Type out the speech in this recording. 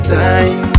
time